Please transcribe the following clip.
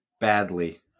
badly